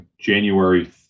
January